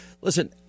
listen